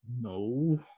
No